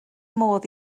modd